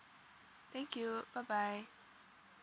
thank you bye bye